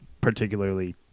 Particularly